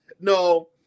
No